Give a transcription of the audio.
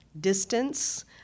distance